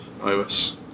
iOS